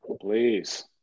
Please